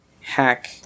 hack